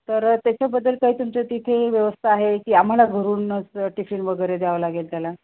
तर त्याच्याबद्दल काही तुमच्या तिथे व्यवस्था आहे की आम्हाला घरूनच टिफिन वगैरे द्यावं लागेल त्याला